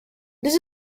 this